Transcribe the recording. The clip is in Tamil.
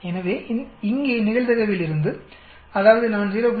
எனவே இங்கே நிகழ்தகவிலிருந்து அதாவதுநான் 0